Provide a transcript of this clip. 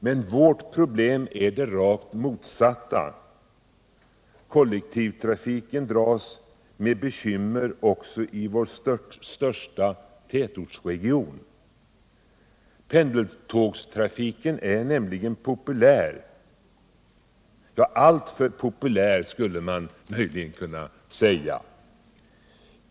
Men vårt problem är det rakt motsatta. Kollektivtrafiken dras med bekymmer också i vår största tätortsregion. Pendeltågstrafiken är nämligen populär. Ja, alltför populär skulle man möjligen kunna säga.